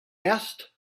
asked